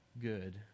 good